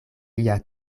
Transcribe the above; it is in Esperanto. lia